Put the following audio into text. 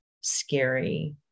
scary